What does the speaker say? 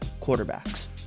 quarterbacks